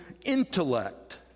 intellect